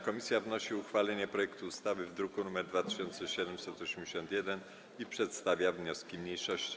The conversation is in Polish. Komisja wnosi o uchwalenie projektu ustawy z druku nr 2781 i przedstawia wnioski mniejszości.